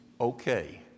okay